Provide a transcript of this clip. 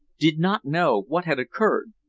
did not know what had occurred.